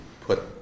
put